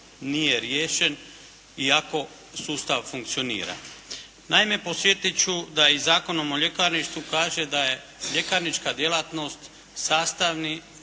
nije riješen iako sustav funkcionira. Naime, podsjetiti ću da i Zakonom o ljekarništvu kaže da je ljekarnička djelatnost sastavni